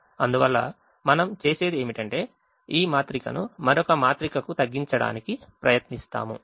అందువల్ల మనం చేసేది ఏమిటంటే ఈ మాత్రికను మరొక మాత్రికకు తగ్గించడానికి ప్రయత్నిస్తాము